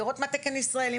לראות מה תקן ישראלי,